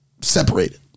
separated